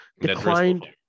declined